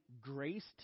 graced